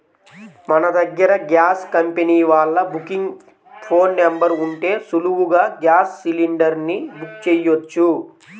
మన దగ్గర gas company వాళ్ళ బుకింగ్ ఫోన్ నెంబర్ ఉంటే సులువుగా గ్యాస్ సిలిండర్ ని బుక్ చెయ్యొచ్చు